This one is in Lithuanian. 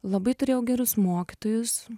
labai turėjau gerus mokytojus